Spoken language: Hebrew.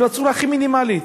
בצורה הכי מינימלית,